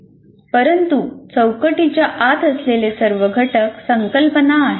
परंतु चौकटीच्या आत असलेले सर्व घटक संकल्पना आहेत